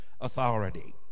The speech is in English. authority